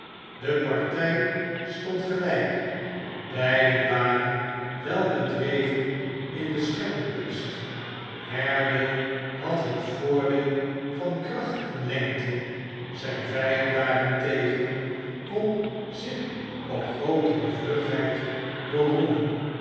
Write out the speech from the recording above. de partij stond gelijk beiden waxen welbedreven in de schermkunst haredale had het voordeel van kracht en lengte zijn vijand daarentegen kon zich op grootere vlugheid beroemen